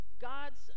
God's